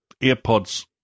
earpods